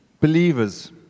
believers